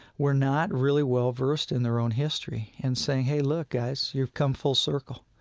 were not really well-versed in their own history, and saying, hey, look, guys. you've come full circle.